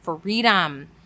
freedom